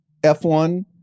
F1